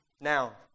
Now